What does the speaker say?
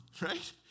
right